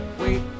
Wait